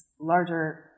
larger